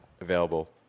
available